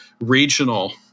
regional